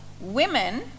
Women